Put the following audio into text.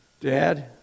Dad